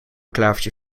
klavertje